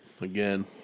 Again